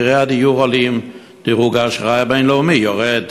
מחירי הדיור עולים ודירוג האשראי הבין-לאומי יורד,